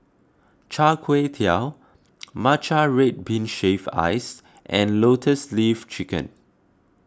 Char Kway Teow Matcha Red Bean Shaved Ice and Lotus Leaf Chicken